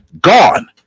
gone